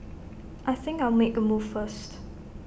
I think I'll make A move first